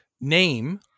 name